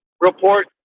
report